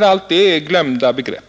allt valfriheten, är glömda begrepp.